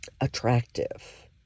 attractive